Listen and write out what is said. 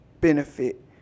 benefit